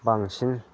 बांसिन